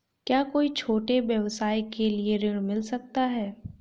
क्या कोई छोटे व्यवसाय के लिए ऋण मिल सकता है?